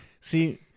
See